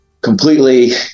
completely